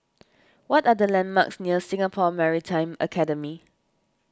what are the landmarks near Singapore Maritime Academy